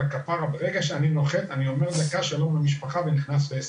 אבל ברגע שאני נוחת אני אומר דקה שלום למשפחה ונכנס להסגר.